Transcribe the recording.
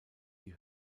die